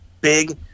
big